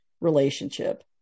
relationship